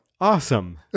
Awesome